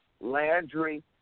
Landry